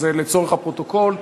אז לצורך הפרוטוקול,